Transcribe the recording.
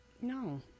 No